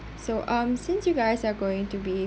so um since you guys are going to be